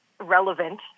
relevant